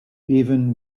even